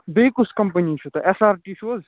بیٚیہِ کُس کمپنی چھُو تۄہہِ ایس آر ٹی چھُو حظ